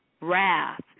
wrath